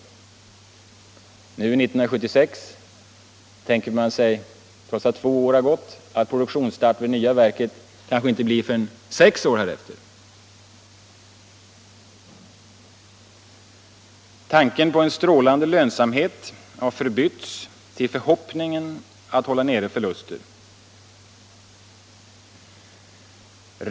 Nu, 1976, tänker man sig, trots att två år har gått, att produktionsstarten vid det nya verket kanske inte blir förrän sex år därefter. Tanken på en strålande lönsamhet har förbytts i förhoppningar om att hålla nere förlusterna.